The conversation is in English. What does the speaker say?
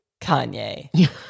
Kanye